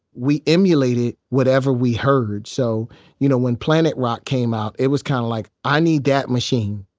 we emulated whatever we heard, so you know, when planet rock came out, it was kind of like, i need that machine.